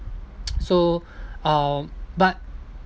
so uh but